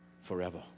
forever